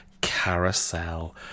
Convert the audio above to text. Carousel